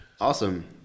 Awesome